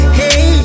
hey